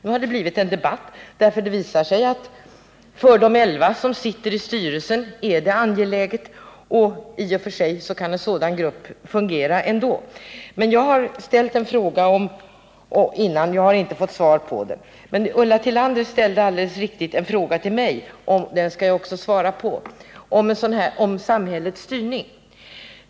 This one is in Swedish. Nu har det blivit en debatt, därför att det visar sig att det för de elva som sitter i styrelsen är angeläget att ha rådet kvar, men i och för sig kan en sådan grupp fungera ändå. Jag har ställt en fråga, och jag har inte fått svar på den. Det är alldeles riktigt att Ulla Tillander ställde en fråga till mig om samhällets styrning, som jag också skall svara på.